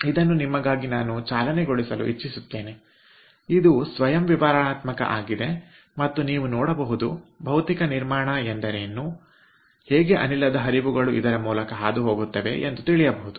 ಇದನ್ನು ನಿಮಗಾಗಿ ನಾನು ಚಾಲನೆಗೊಳಿಸಲು ಇಚ್ಚಿಸುತ್ತೇನೆ ಇದು ಸ್ವಯಂ ವಿವರಣಾತ್ಮಕ ಆಗಿದೆ ಮತ್ತು ನೀವು ನೋಡಬಹುದು ಭೌತಿಕ ನಿರ್ಮಾಣ ಎಂದರೇನು ಹೇಗೆ ಅನಿಲದ ಹರಿವುಗಳು ಇದರ ಮೂಲಕ ಹಾದುಹೋಗುತ್ತವೆ ಎಂದು ತಿಳಿಯಬಹುದು